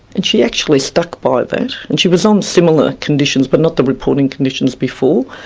and she actually stuck by that, and she was on similar conditions but not the reporting conditions before.